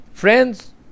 Friends